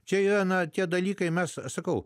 čia ana tie dalykai mes sakau